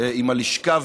עם הלשכה.